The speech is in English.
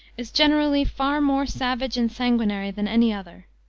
is generally far more savage and sanguinary than any other.